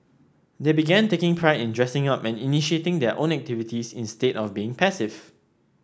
they began taking pride in dressing up and initiating their own activities instead of being passive